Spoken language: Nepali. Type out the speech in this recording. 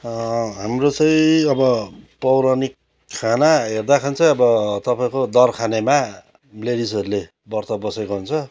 हाम्रो चाहिँ अब पौराणिक खाना हेर्दाखेरि चाहिँ अब तपाईँको दर खानेमा लेडिजहरूले व्रत बसेको हुन्छ